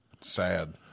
sad